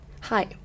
Hi